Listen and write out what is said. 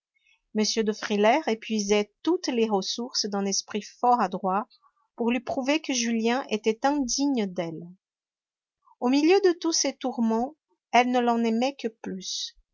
m de frilair épuisait toutes les ressources d'un esprit fort adroit pour lui prouver que julien était indigne d'elle au milieu de tous ces tourments elle ne l'en aimait que plus